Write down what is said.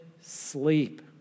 sleep